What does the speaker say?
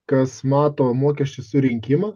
kas mato mokesčių surinkimą